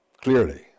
Clearly